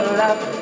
love